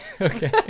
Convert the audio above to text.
Okay